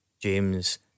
James